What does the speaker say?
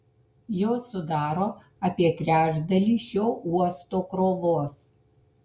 jos sudaro apie trečdalį šio uosto krovos